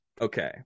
Okay